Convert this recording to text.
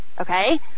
okay